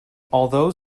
although